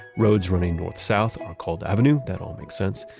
roads running north-south are called avenue. that all makes sense.